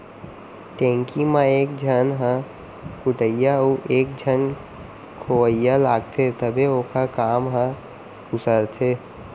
ढेंकी म एक झन ह कुटइया अउ एक झन खोवइया लागथे तभे ओखर काम हर उसरथे